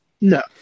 no